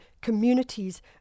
communities